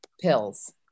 pills